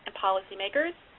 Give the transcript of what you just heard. policymakers,